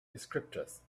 descriptors